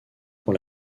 pour